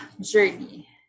journey